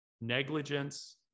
negligence